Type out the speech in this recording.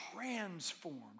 transformed